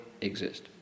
exist